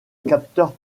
capteurs